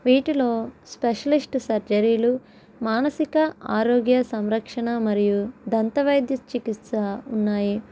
వీటిలో స్పెషలిస్ట్ సర్జరీలు మానసిక ఆరోగ్య సంరక్షణ మరియు దంత వైద్య చికిత్స ఉన్నాయి